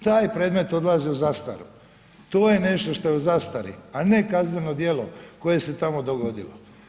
Taj predmet odlazi u zastaru, to je nešto što je u zastari a ne kazneno djelo koje se tamo dogodilo.